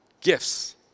gifts